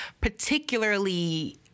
particularly